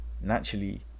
naturally